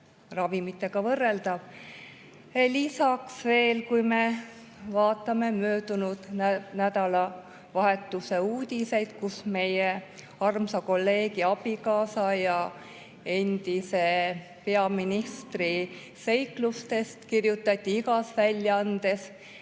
ravimitega võrreldav. Lisaks veel, vaatame möödunud nädalavahetuse uudiseid: meie armsa kolleegi abikaasa ja endise peaministri seiklustest kirjutati igas väljaandes.